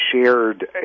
shared